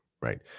right